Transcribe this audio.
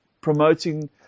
promoting